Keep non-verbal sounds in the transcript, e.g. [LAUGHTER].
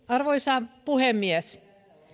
[UNINTELLIGIBLE] arvoisa puhemies